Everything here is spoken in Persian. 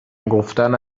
گفتن